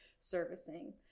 servicing